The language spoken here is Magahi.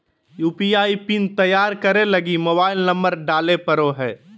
यू.पी.आई पिन तैयार करे लगी मोबाइल नंबर डाले पड़ो हय